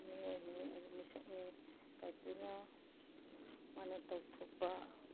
ꯃꯤꯑꯣꯏꯅꯤ ꯃꯤꯁꯛꯅꯤ ꯀꯥꯏꯀꯨꯅ ꯃꯥꯅ ꯇꯧꯊꯣꯛꯄ